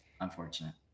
Unfortunate